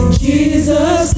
jesus